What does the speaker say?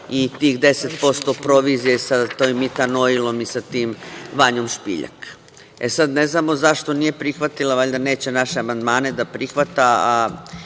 i tih 10% provizije sa tim „Mitan Oilom“ i sa tim Vanjom Špiljak. E, sad, ne znamo zašto nije prihvatila, valjda neće naše amandmane da prihvata,